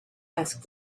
asked